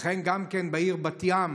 וגם כן בעיר בת ים.